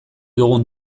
dugun